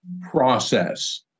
process